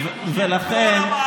בדוח מבקר המדינה,